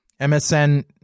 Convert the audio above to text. MSN